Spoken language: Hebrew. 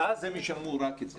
אז הם ישלמו רק את זה.